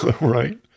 Right